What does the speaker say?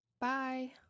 Bye